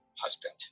husband